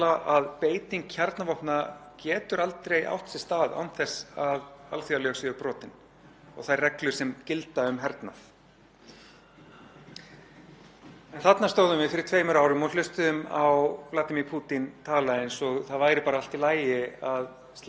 En þarna stóðum við fyrir tveimur árum og hlustuðum á Vladímír Pútín tala eins og það væri bara allt í lagi að sleppa einni og einni sprengju á vígvöllinn eins og hér væri um hver önnur vopn að ræða, sem þau eru svo sannarlega ekki.